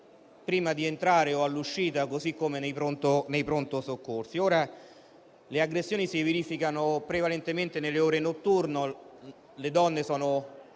di una sala operatoria, così come nei pronto soccorso. Le aggressioni si verificano prevalentemente nelle ore notturne. Le donne sono